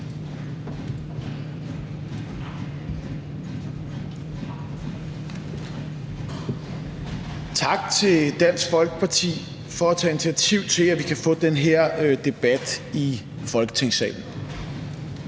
Tak til Dansk Folkeparti for at tage initiativ til, at vi kan få den her debat i Folketingssalen.